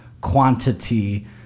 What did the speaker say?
quantity